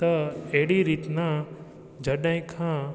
या अहिड़ी रीति न जॾहिं खां